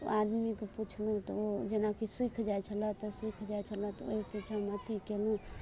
आदमीके पुछलहुँ तऽ ओ जेना कि सूखि जाइ छलै तऽ सूखि जाइ छलै तऽ ओइ पीछे हम अथि कयलहुँ